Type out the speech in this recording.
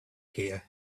here